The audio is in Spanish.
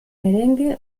merengue